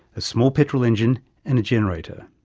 a small petrol engine and a generator.